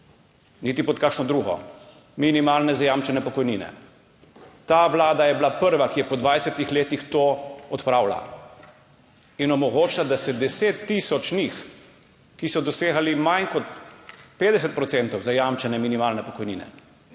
niti pod kakšno drugo minimalne zajamčene pokojnine. Ta vlada je bila prva, ki je po 20 letih to odpravila in omogočila, da se 10 tisoč njih, ki so dosegali manj kot 50 procentov zajamčene minimalne pokojnine,